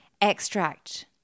Extract